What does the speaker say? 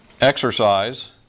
exercise